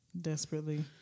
Desperately